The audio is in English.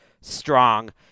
strong